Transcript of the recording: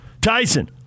Tyson